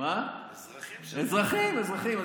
אזרחים, אזרחים.